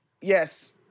Yes